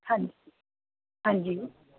ਹਾਂਜੀ ਹਾਂਜੀ